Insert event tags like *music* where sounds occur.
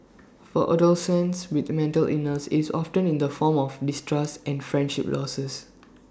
*noise* for adolescents with mental illness it's often in the form of distrust and friendship losses *noise*